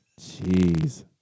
jeez